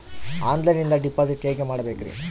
ಆನ್ಲೈನಿಂದ ಡಿಪಾಸಿಟ್ ಹೇಗೆ ಮಾಡಬೇಕ್ರಿ?